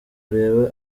urebe